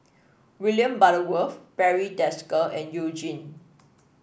William Butterworth Barry Desker and You Jin